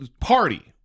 party